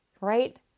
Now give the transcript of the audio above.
right